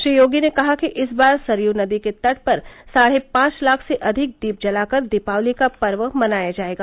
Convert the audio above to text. श्री योगी ने कहा कि इस बार सरय नदी के तट पर साढे पांच लाख से अधिक दीप जलाकर दीपावली का पर्व मनाया जाएगा